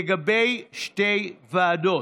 לגבי שתי ועדות,